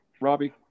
Robbie